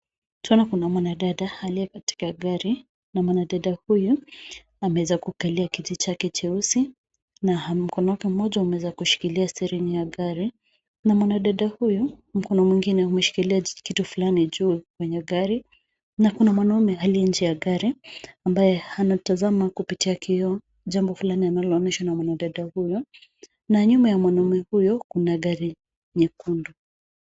Tunaona kuna mwanadada aliye katika gari na mwanadada huyu ameweza kukalia kiti chake cheusi na mkono wake moja umeweza kushikilia stelingi ya gari na mwanadada huyu, mkono mwingine umeshikilia kitu fulani juu kwenye gari na kuna mwanamume aliye nje ya gari ambaye anatazama kupitia kioo, jambo fulani analoonyeshwa na mwanadada huyo na nyuma ya mwanamume huyu, kuna gari nyekundu.